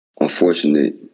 unfortunate